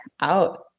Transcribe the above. out